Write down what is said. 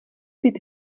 být